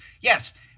yes